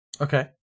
Okay